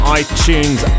iTunes